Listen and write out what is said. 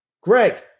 Greg